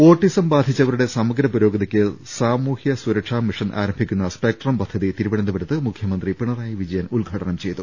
autism ബാധിച്ചവരുടെ സമഗ്ര പുരോഗതിക്ക് സാമൂഹ്യ സുരക്ഷാമി ഷൻ ആരംഭിക്കുന്ന സ്പെക്ട്രം പദ്ധതി തിരുവനന്തപുരത്ത് മുഖ്യമന്ത്രി പിണ റായി വിജയൻ ഉദ്ഘാടനം ചെയ്തു